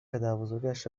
پدربزرگش